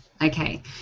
Okay